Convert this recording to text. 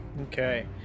Okay